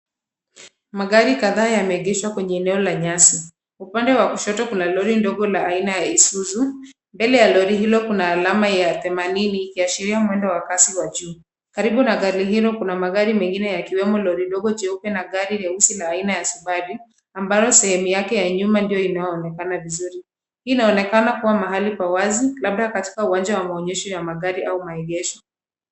Magari kadhaa yameegeshwa kwenye eneo la nyasi, upande wa kushoto kuna lori gari ndogo aina ya isuzu , mbele ya lori hilo kuna alama ya themanini ikiashiria mwendo wa kasi ya juu. Karibu na gari hilo kuna magari mengine yakiemo lori ndogo jeupe na gari nyeusi aina la subaru ambalo sehemu yake ya nyuma ndio inaonekana vizuri. Hii inaonekana kuwa mahali pa wazi labda katika uwanja wa maonyesho ya magari au maegesho.